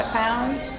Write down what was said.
pounds